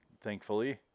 Thankfully